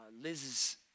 Liz's